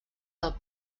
del